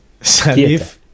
Salif